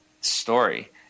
story